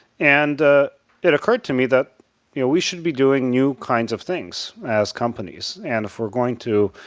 and it occurred to me that yeah we should be doing new kinds of things as companies. and if we're going to